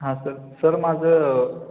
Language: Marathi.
हां सर सर माझं